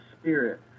spirit